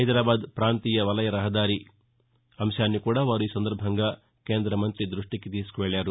హైదరాబాద్ ప్రాంతీయ వలయ రహదారి అంశాన్నికూడా వారు ఈ సందర్బంగా కేంద మంతి దృష్టికి తీసుకెళ్లారు